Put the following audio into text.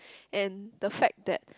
and the fact that